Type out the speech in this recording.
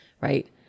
Right